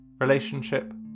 relationship